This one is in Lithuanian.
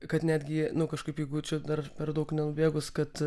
kad netgi nu kažkaip jeigu dar per daug nenubėgus kad